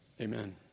Amen